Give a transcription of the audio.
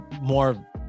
more